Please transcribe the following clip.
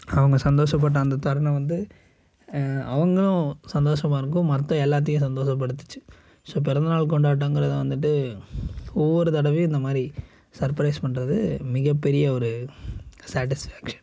அவங்க சந்தோஷப்பட்ட அந்த தருணம் வந்து அவங்களும் சந்தோஷமாக இருக்கும் மற்ற எல்லாத்தையும் சந்தோஷப்படுத்துச்சு ஸோ பிறந்தநாள் கொண்டாட்டங்கிறது வந்துட்டு ஒவ்வொரு தடவையும் இந்த மாதிரி சர்பிரைஸ் பண்ணுறது மிகப்பெரிய ஒரு சேட்டிஸ்ஃபேக்ஷன்